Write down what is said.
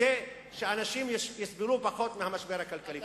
כדי שהאנשים יסבלו פחות מהמשבר הכלכלי.